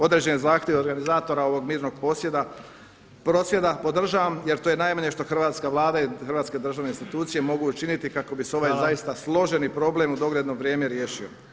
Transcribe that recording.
Određeni zahtjevi organizatora ovog mirnog prosvjeda podržavam jer to je najmanje što hrvatska Vlada i hrvatske državne institucije mogu učiniti kako bi se ovaj zaista složeni problem u dogledno vrijeme riješio.